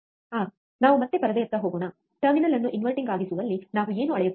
ಆಹ್ ನಾವು ಮತ್ತೆ ಪರದೆಯತ್ತ ಹೋಗೋಣ ಟರ್ಮಿನಲ್ ಅನ್ನು ಇನ್ವರ್ಟಿಂಗ್ ಆಗಿಸುವಲ್ಲಿ ನಾವು ಏನು ಅಳೆಯುತ್ತೇವೆ